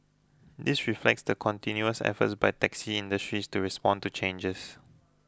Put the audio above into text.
this reflects the continuous efforts by taxi industry to respond to changes